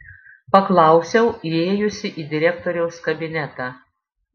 paklausiau įėjusi į direktoriaus kabinetą